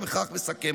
ובכך מסכם,